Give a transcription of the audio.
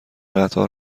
قطار